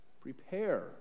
Prepare